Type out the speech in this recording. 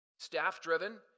Staff-driven